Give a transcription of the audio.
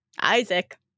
Isaac